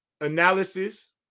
analysis